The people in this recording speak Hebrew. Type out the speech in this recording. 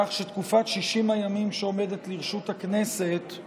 כך שבתקופת 60 הימים שעומדת לרשות הכנסת הם